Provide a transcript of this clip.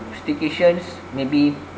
staycations maybe